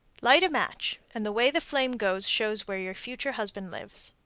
light a match, and the way the flame goes shows where your future husband lives.